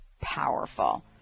powerful